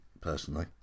personally